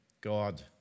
God